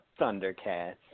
Thundercats